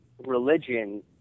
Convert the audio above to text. religion